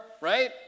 right